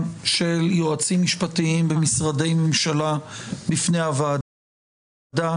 של יועצים משפטיים במשרדי ממשלה בפני הוועדה.